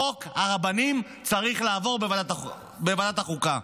חוק הרבנים צריך לעבור בוועדת החוקה.